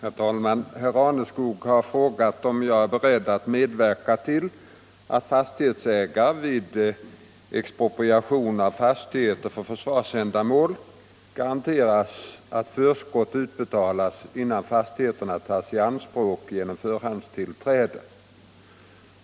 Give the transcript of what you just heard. Herr talman! Herr Raneskog har frågat om jag är beredd att medverka till att fastighetsägare vid expropriation av fastigheter för försvarsändamål garanteras att förskott utbetalas innan fastigheterna tas i anspråk genom förhandstillträde.